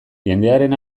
jendearen